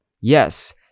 Yes